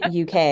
UK